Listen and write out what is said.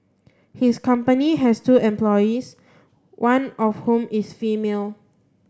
his company has two employees one of whom is female